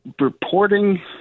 reporting